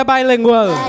Bilingual